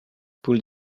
pulled